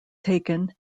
taken